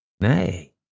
nay